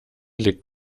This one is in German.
liegt